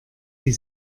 sie